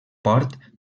port